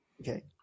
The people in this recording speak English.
Okay